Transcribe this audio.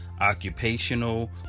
occupational